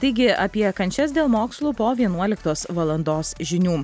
taigi apie kančias dėl mokslų po vienuoliktos valandos žinių